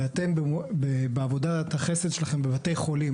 ואתם בעבודת החסד שלכם בבתי חולים,